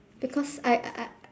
because I I I